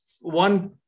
one